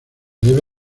debe